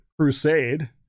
crusade